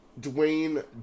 Dwayne